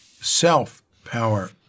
self-power